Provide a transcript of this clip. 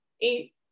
eight